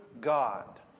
God